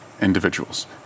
Individuals